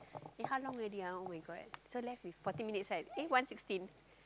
eh how long already ah [oh]-my-god so less than forty minutes right eh one sixteen